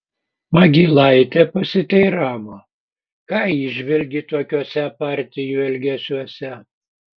magylaitė pasiteiravo ką įžvelgi tokiuose partijų elgesiuose